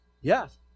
Yes